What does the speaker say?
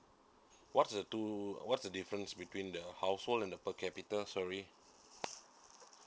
what's the two what's the difference between the household and the per capita sorry